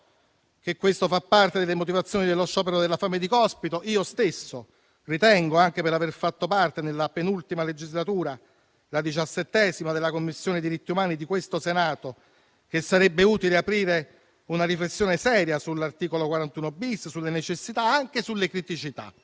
che questo fa parte delle motivazioni dello sciopero della fame di Cospito. Io stesso ritengo anche, per aver fatto parte nella penultima legislatura, la XVII, della Commissione diritti umani di questo Senato, che sarebbe utile aprire una riflessione seria sull'articolo 41-*bis*, sulle necessità e anche sulle criticità,